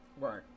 right